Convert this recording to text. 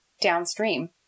downstream